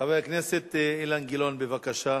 חבר הכנסת אילן גילאון, בבקשה.